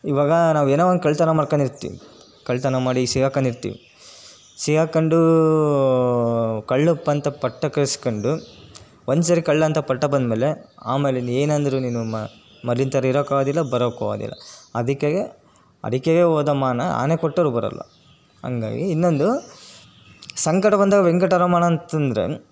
ಇವಾಗ ನಾವು ಏನೋ ಒಂದು ಕಳ್ಳತನ ಮಾಡ್ಕಂಡಿರ್ತೀವ್ ಕಳ್ಳತನ ಮಾಡಿ ಸಿಕ್ಕಾಕ್ಕಂದಿರ್ತೀವಿ ಸಿಕ್ಕಾಕ್ಕಂಡು ಕಳ್ಳಗೆ ಪಂತ ಪಟ್ಟ ಕರ್ಸ್ಕೊಂಡು ಒಂದ್ಸಾರಿ ಕಳ್ಳ ಅಂತ ಪಟ್ಟ ಬಂದ ಮೇಲೆ ಆಮೇಲೆ ಇಲ್ಲಿ ಏನಂದರೂ ನೀನು ಮ ಮೊದ್ಲಿನ ಥರ ಇರೋಕ್ಕಾಗದಿಲ್ಲ ಬರೋಕ್ಕು ಆಗೋದಿಲ್ಲ ಅದಿಕ್ಕಾಗೆ ಅಡಿಕೆಗೆ ಹೋದ ಮಾನ ಆನೆ ಕೊಟ್ಟರೂ ಬರೋಲ್ಲ ಹಾಗಾಗಿ ಇನ್ನೊಂದು ಸಂಕಟ ಬಂದಾಗ ವೆಂಕಟ ರಮಣ ಅಂತಂದರೆ